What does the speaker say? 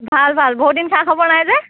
ভাল ভাল বহু দিন খা খবৰ নাই যে